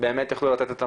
באמת יוכלו לתת את המענים.